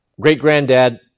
Great-granddad